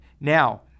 Now